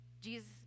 Jesus